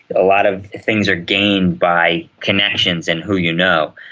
a lot of things are gained by connections and who you know.